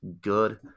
good